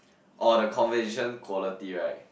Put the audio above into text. or the conversation quality right